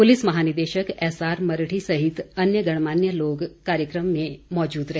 police महानिदेशक SR Mardi सहित अन्य गणमान्य लोग कार्यक्रम में मौजूद रहे